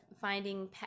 finding